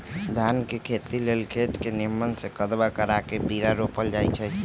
धान के खेती लेल खेत के निम्मन से कदबा करबा के बीरा रोपल जाई छइ